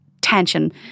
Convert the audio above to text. tension